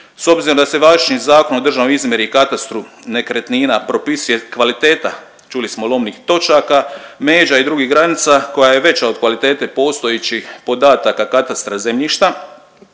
S obzirom da se važećim Zakonom o državnoj izmjeri i katastru nekretnina propisuje kvaliteta čuli smo lomnih točaka, međa i drugih granica koja je veća od kvalitete postojećih podataka katastra zemljišta